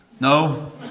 No